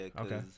okay